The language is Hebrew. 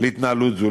להתנהלות זו.